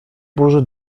burzy